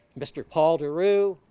mr. paul derue,